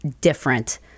different